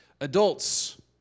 Adults